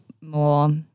more